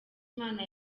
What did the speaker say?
imana